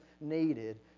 needed